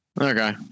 Okay